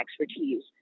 expertise